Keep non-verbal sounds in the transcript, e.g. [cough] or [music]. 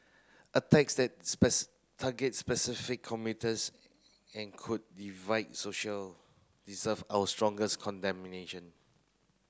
attacks that [unintelligible] target specific commuters and could divide social deserve our strongest [unintelligible]